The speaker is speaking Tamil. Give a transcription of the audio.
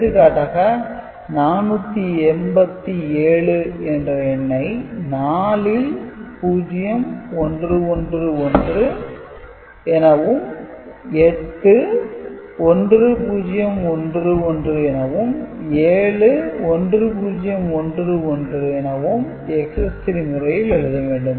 எடுத்துக்காட்டாக 487 என்ற எண்ணை 4 இல் 0 1 1 1 எனவும் 8 - 1 0 1 1 எனவும் 7 - 1 0 1 0 எனவும் Excess - 3 முறையில் எழுத வேண்டும்